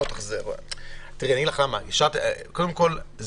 קודם כול,